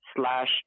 slash